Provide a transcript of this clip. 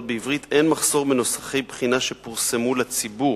בעברית: אין מחסור בנוסחי בחינה שפורסמו לציבור.